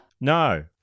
No